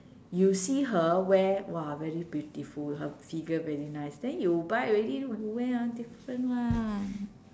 you see her wear !wah! very beautiful her figure very nice then you buy already you wear ah different [one]